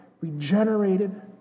regenerated